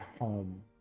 home